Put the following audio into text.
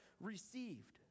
received